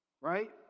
right